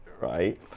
right